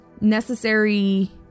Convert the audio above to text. necessary